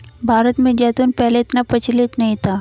भारत में जैतून पहले इतना प्रचलित नहीं था